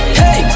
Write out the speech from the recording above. hey